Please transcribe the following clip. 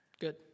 Good